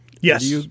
Yes